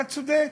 אתה צודק.